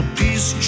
peace